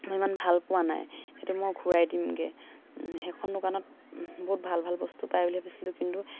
মই ইমান ভাল পোৱা নাই সেইটো মই ঘূৰাই দিমগৈ সেইখন দোকানত বহুত ভাল ভাল বস্তু পাই বুলি ভাবিছিলোঁ কিন্তু